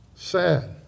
Sad